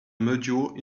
module